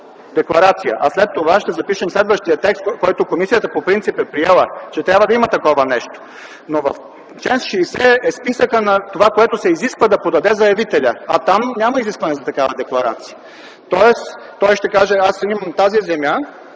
Декларация, а след това ще запишем следващият текст, който комисията по принцип е приела, че трябва да има такова нещо. Но в чл. 60 е списъкът на това, което се изисква да подаде заявителят, а там няма изискване за такава декларация. Тоест той ще каже: аз имам тази земя,